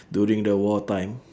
during the war time